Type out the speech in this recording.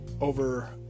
over